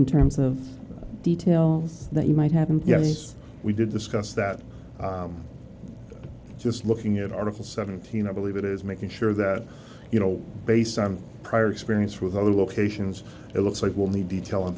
of details that you might have and yes we did discuss that just looking at article seventeen i believe it is making sure that you know based on prior experience with other locations it looks like we'll need detail on